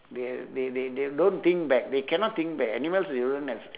they uh they they they don't think back they cannot think back animals they don't have